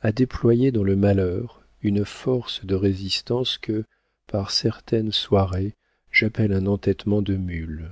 a déployé dans le malheur une force de résistance que par certaines soirées j'appelle un entêtement de mule